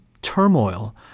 turmoil